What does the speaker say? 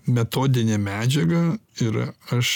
metodinė medžiaga ir aš